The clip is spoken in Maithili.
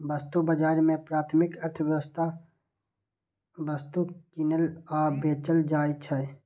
वस्तु बाजार मे प्राथमिक अर्थव्यवस्थाक वस्तु कीनल आ बेचल जाइ छै